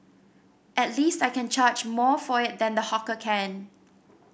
at least I can charge more for it than the hawker can